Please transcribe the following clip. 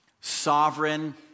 sovereign